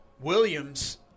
Williams